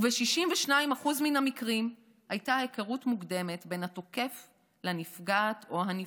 וב-62% מן המקרים הייתה היכרות מוקדמת בין התוקף לנפגעת או לנפגע.